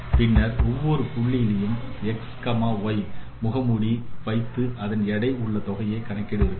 பின்னர் ஒவ்வொரு புள்ளியிலும் x y முகமுடி வைத்து அதன் எடை உள்ள தொகையை கணக்கிடுகிறார்கள்